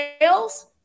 sales